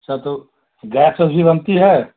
अच्छा तो गैस अभी बनती है